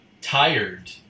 tired